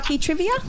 Trivia